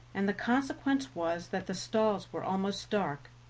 and the consequence was that the stalls were almost dark.